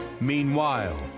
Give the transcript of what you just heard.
Meanwhile